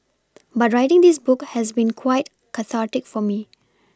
but writing this book has been quite cathartic for me